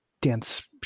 dance